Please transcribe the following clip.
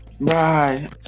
Bye